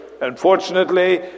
Unfortunately